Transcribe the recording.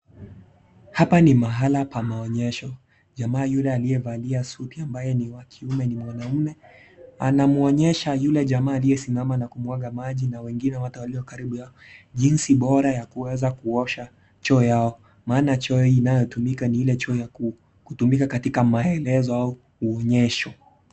Hapa ni mahala pa maonyesho, jamaa yule aliyevalia suti ambaye ni wa kiume ni mwanaume anamwonyesha yule jamaa aliyesimama na kumwaga maji na wengine wote walio karibu yao jinsi bora ya kuweza kuosha choo yao, maana choo inayotumika ni ile choo ya kutumika katika maelezo au uonyesho.